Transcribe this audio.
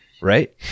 right